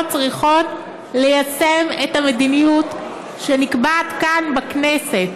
צריכות ליישם את המדיניות שנקבעת כאן בכנסת.